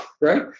right